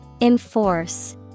Enforce